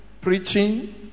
preaching